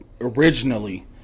originally